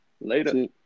Later